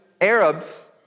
Arabs